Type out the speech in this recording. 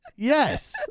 Yes